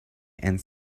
and